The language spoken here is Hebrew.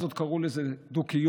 אז עוד קראו לזה דו-קיום,